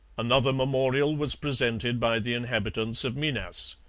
another memorial was presented by the inhabitants of minas.